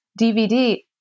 DVD